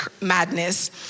madness